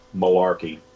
malarkey